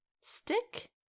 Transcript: stick